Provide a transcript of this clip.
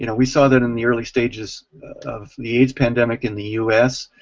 you know we saw that in the early stages of the aids pandemic in the us,